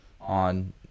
on